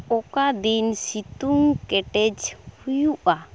ᱚᱠᱟᱫᱤᱱ ᱥᱤᱛᱩᱝ ᱠᱮᱴᱮᱡ ᱦᱩᱭᱩᱜᱼᱟ